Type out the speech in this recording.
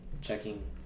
checking